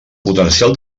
potencial